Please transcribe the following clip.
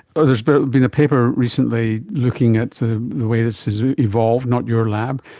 ah there's but been a paper recently looking at the way this has evolved, not your lab,